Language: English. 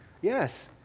Yes